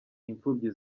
imfubyi